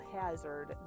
hazard